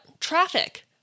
traffic